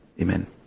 amen